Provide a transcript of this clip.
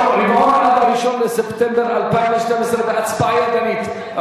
רבעון עד הראשון בספטמבר 2012, בהצבעה ידנית.